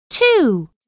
Two